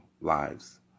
lives